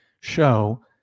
show